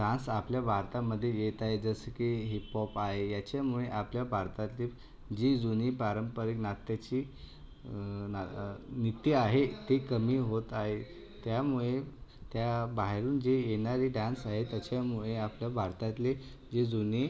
dance आपल्या भारतामध्ये येत आहेत असे की हिपहोप आहे याच्यामुळे आपल्या भारतातले जी जुनी पारंपरिक नाट्याची नीती आहे ते कमी होत आहे त्यामुळे त्या बाहेरील जे येणारे डांस आहेत त्याच्यामुळे आपल्या भारतातले जे जुनी